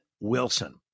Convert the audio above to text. Wilson